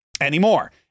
anymore